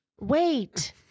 Wait